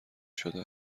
شده